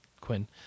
Quinn